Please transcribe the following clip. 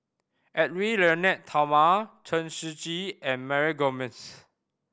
Edwy Lyonet Talma Chen Shiji and Mary Gomes